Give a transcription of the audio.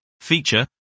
feature